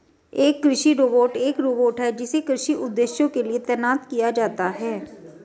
एक कृषि रोबोट एक रोबोट है जिसे कृषि उद्देश्यों के लिए तैनात किया जाता है